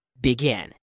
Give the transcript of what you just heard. begin